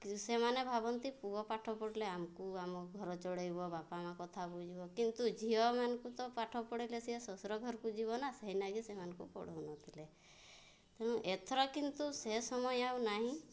କିନ୍ତୁ ସେମାନେ ଭାବନ୍ତି ପୁଅ ପାଠ ପଢ଼ିଲେ ଆମକୁ ଆମ ଘର ଚଳାଇବ ବାପା ମାଆ କଥା ବୁଝିବ କିନ୍ତୁ ଝିଅମାନଙ୍କୁ ତ ପାଠ ପଢ଼ାଇଲେ ସେ ଶ୍ୱଶୁର ଘରକୁ ଯିବ ନା ସେଇନାଗି ସେମାନଙ୍କୁ ପଢ଼ାଉନଥିଲେ ତେଣୁ ଏଥର କିନ୍ତୁ ସେ ସମୟ ଆଉ ନାହିଁ